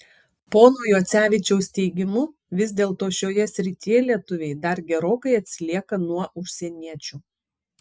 pono juocevičiaus teigimu vis dėlto šioje srityje lietuviai dar gerokai atsilieka nuo užsieniečių